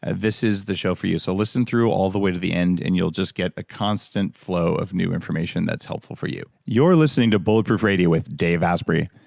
ah this is the show for you. so listen through all the way to the end and you'll just get a constant flow of new information that's helpful for you you're listening to bulletproof radio with dave asprey.